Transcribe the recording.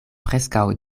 preskaŭ